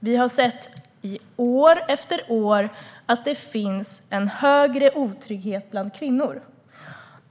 Vi har år efter år sett att det finns en större otrygghet bland kvinnor.